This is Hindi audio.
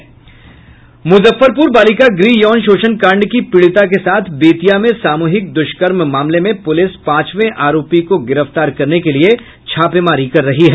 मुजफ्फरपुर बालिका गृह यौन शोषण कांड की पीड़िता के साथ बेतिया में सामूहिक द्वष्कर्म मामले में पुलिस पांचवें आरोपी को गिरफ्तार करने के लिए छापेमारी कर रही है